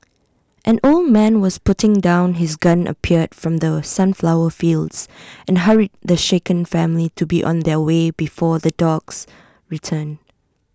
an old man who was putting down his gun appeared from the sunflower fields and hurried the shaken family to be on their way before the dogs return